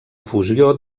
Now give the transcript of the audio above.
fusió